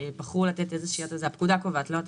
זו הפקודה קובעת, לא התקנות.